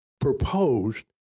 proposed